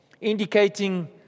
indicating